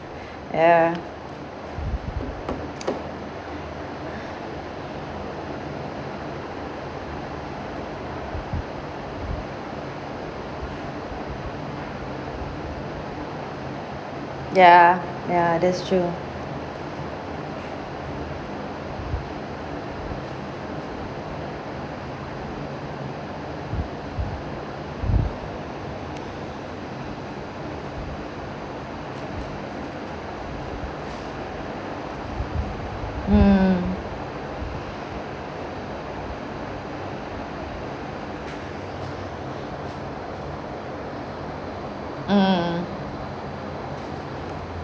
ya ya ya that's true mm mm